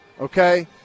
Okay